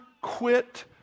quit